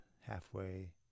halfway